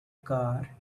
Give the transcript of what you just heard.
car